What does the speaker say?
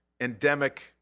endemic